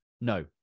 No